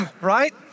right